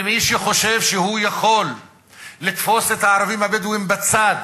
ומי שחושב שהוא יכול לתפוס את הערבים הבדואים בצד